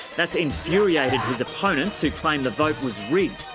that's infuriated his opponents who claim the vote was rigged.